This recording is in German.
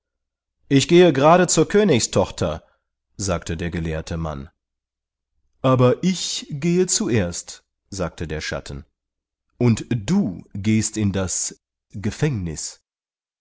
ich gehe gerade zur königstochter sagte der gelehrte mann aber ich gehe zuerst sagte der schatten und du gehst in das gefängnis